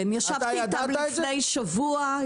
כן, ישבתי איתם לפני שבוע.